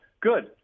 Good